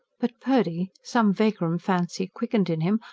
but purdy, some vagrom fancy quickened in him,